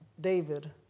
David